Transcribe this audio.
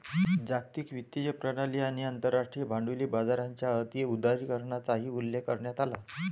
जागतिक वित्तीय प्रणाली आणि आंतरराष्ट्रीय भांडवली बाजाराच्या अति उदारीकरणाचाही उल्लेख करण्यात आला